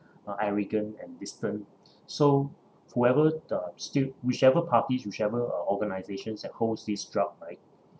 uh arrogant and distant so whoever uh still whichever parties whichever uh organisations that holds this drug right